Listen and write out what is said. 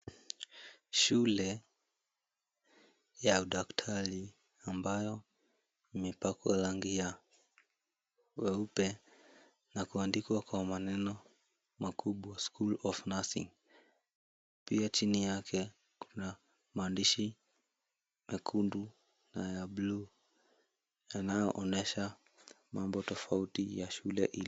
Shule ya udaktari ambayo imepakwa rangi ya weupe na kuandikwa kwa maneno makubwa "SCHOOL OF NURSING" pia chini yake kuna maandishi mekundu na ya buluu yanayoonyesha mambo tofauti ya shule ile.